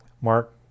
Mark